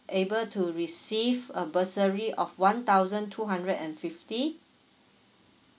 able to receive a bursary of one thousand two hundred and fifty